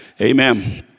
Amen